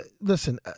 listen